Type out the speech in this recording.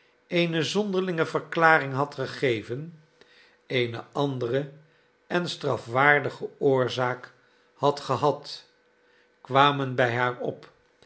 eene zonderlinge verklaring had gegeven eene andere en strafwaardige oorzaak had gehad kwamen bij haar op